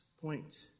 point